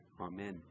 Amen